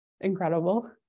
incredible